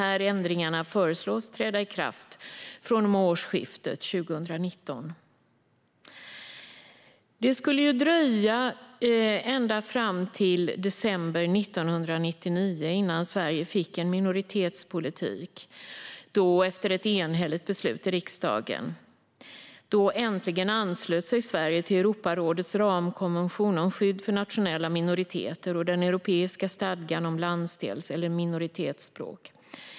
Ändringarna föreslås träda i kraft från och med årsskiftet 2019. Det skulle dröja ända till december 1999 innan Sverige fick en minoritetspolitik efter ett enhälligt beslut i riksdagen. Då anslöt sig Sverige äntligen till Europarådets ramkonvention om skydd för nationella minoriteter och den europeiska stadgan om landsdels eller minoritetsspråk.